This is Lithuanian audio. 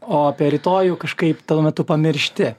o apie rytojų kažkaip tuo metu pamiršti